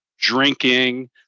drinking